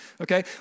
okay